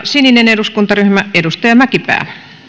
sininen eduskuntaryhmä edustaja mäkipää